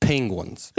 Penguins